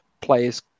players